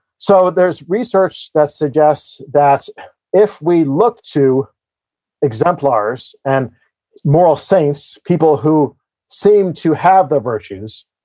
so, there's research that suggests that if we look to exemplars and moral saints, people who seem to have the virtues,